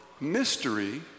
mystery